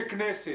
ככנסת,